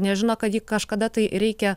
nežino kad jį kažkada tai reikia